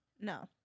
No